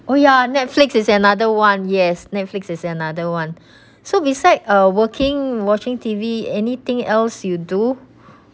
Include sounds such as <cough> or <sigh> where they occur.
oh ya Netflix is another one yes Netflix is another one <breath> so beside uh working watching T_V. anything else you do